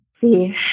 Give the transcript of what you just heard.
see